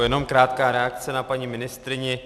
Jenom krátká reakce na paní ministryni.